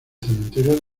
cementerio